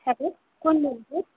hello कोण बोलत आहे